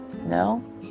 No